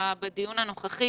בדיון הנוכחי